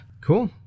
Cool